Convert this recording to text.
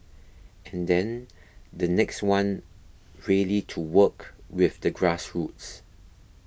and then the next one really to work with the grassroots